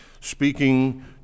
speaking